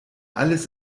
alles